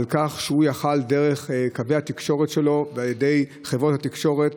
וכך הוא יכול היה לקבל דרך קווי התקשורת שלו ועל ידי חברות התקשורת